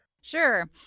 Sure